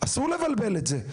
אסור לבלבל את זה.